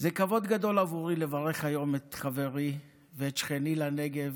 זהו כבוד גדול בעבורי לברך היום את חברי ואת שכני לנגב,